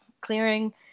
clearing